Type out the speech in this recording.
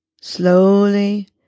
slowly